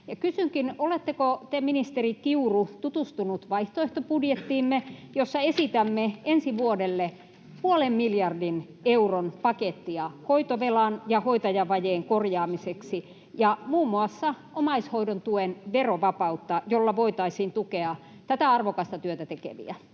Kysynkin: oletteko te, ministeri Kiuru, tutustunut vaihtoehtobudjettiimme, jossa esitämme ensi vuodelle puolen miljardin euron pakettia hoitovelan ja hoitajavajeen korjaamiseksi ja muun muassa omaishoidon tuen verovapautta, jolla voitaisiin tukea tätä arvokasta työtä tekeviä?